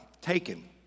taken